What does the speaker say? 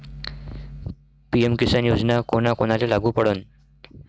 PM किसान योजना कोना कोनाले लागू पडन?